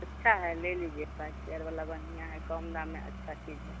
अच्छा है ले लीजिए पाँच हज़ार वाला बढ़िया है कम दाम में अच्छी चीज़ है